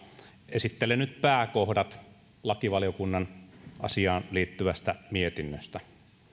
esittelen nyt pääkohdat lakivaliokunnan asiaan liittyvästä mietinnöstä